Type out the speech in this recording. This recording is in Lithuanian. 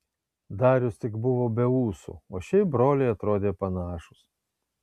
darius tik buvo be ūsų o šiaip broliai atrodė panašūs